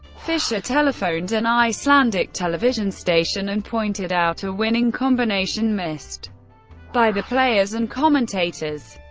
fischer telephoned an icelandic television station and pointed out a winning combination, missed by the players and commentators.